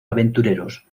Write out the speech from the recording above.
aventureros